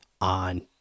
on